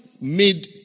made